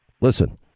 Listen